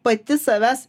pati savęs